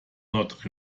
not